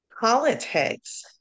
politics